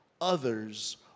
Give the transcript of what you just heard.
others